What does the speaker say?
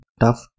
tough